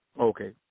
okay